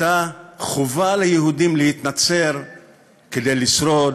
הייתה חובה ליהודים להתנצר כדי לשרוד,